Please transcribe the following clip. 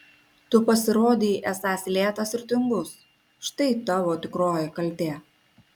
tu pasirodei esąs lėtas ir tingus štai tavo tikroji kaltė